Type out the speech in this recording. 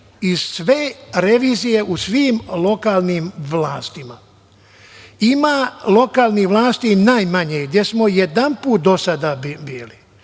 i sve revizije u svim lokalnim vlastima. Ima lokalnih vlasti najmanje gde smo jedanput do sada bili.